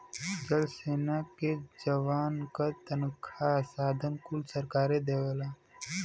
जल सेना के जवान क तनखा साधन कुल सरकारे देवला